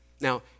Now